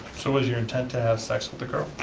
so was your intent to have sex with the girl?